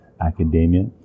academia